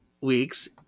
week's